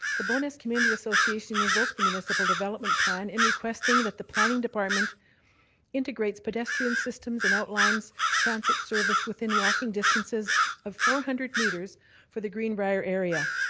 the bowness community association invoked the municipal development plan in requesting that the planning department integrates pedestrian systems and outlines transit service within walking distances of four hundred metres for the green briar area.